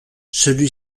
celui